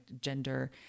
gender